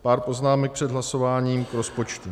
Pár poznámek před hlasováním k rozpočtu.